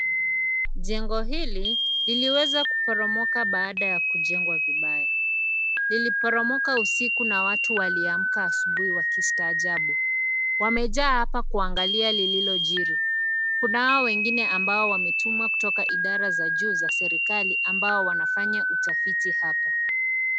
Jengo hili liliweza kuporomoka baada ya kujengwa vibaya. Liliporomoka usiku na watu waliamka asubuhi wa kistaajabu. Wamejaa hapa kuangalia lililojiri. Kunao wengine ambao wametumwa kutoka idara za juu za serikali ambao wanafanya utafiti hapa.